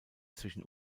zwischen